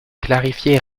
clarifier